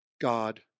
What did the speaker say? God